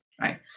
right